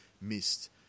missed